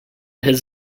his